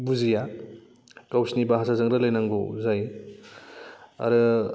बुजिया गावसोरनि भासाजों रायलायनांगौ जायो आरो